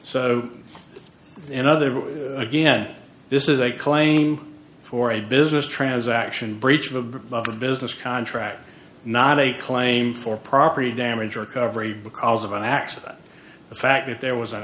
so another again this is a claim for a business transaction breach of a business contract not a claim for property damage recovery because of an accident the fact that there was an